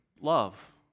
love